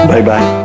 Bye-bye